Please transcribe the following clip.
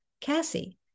Cassie